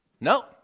no